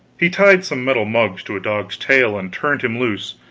he tied some metal mugs to a dog's tail and turned him loose,